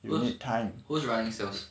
who's who's running sales